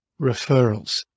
referrals